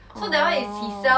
orh